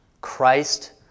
Christ